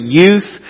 youth